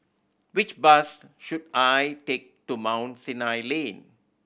which bus should I take to Mount Sinai Lane